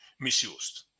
misused